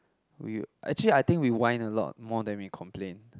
we actually I think we whine a lot more than we complain